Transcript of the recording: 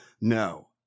No